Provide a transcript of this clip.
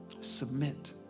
Submit